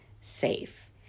safe